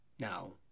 Now